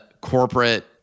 corporate